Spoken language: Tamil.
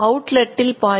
அவுட்லெட்டில் முடியும்